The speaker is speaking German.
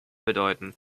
bedeuten